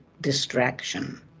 distraction